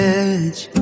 edge